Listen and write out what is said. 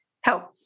help